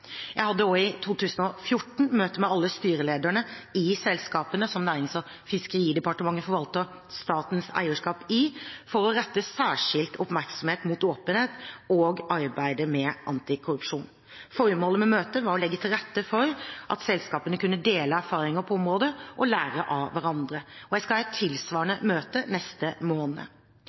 Jeg hadde i 2014 møte med alle styrelederne i selskapene som Nærings- og fiskeridepartementet forvalter statens eierskap i, for å rette særskilt oppmerksomhet mot åpenhet og arbeid med antikorrupsjon. Formålet med møtet var å legge til rette for at selskapene kunne dele erfaringer på området og lære av hverandre. Jeg skal ha et tilsvarende møte neste måned.